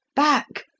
back!